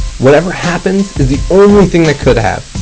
whatever happens is the only thing that could have.